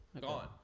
gone